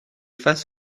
face